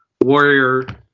Warrior